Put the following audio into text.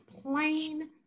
plain